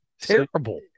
terrible